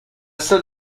seul